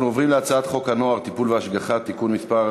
אנחנו עוברים להצעת חוק הנוער (טיפול והשגחה) (תיקון מס'